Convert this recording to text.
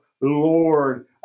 Lord